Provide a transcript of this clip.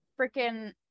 freaking